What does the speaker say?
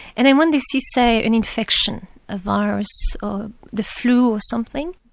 and then when they see, say, an infection, a virus or the flu or something,